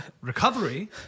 Recovery